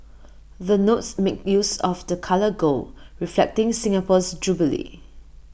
the notes make use of the colour gold reflecting Singapore's jubilee